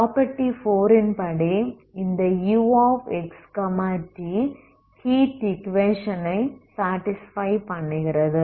property 4 ன் படி இந்த uxt ஹீட் ஈக்குவேஷன் ஐ சாடிஸ்ஃபை பண்ணுகிறது